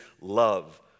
love